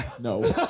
no